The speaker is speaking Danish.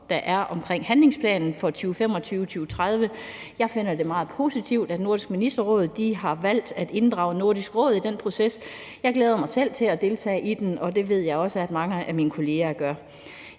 der er omkring handlingsplanen for 2025-2030. Jeg finder det meget positivt, at Nordisk Ministerråd har valgt at inddrage Nordisk Råd i den proces. Jeg glæder mig selv til at deltage i den, og det ved jeg også mange af min kollegaer gør.